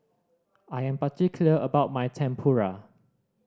I am particular about my Tempura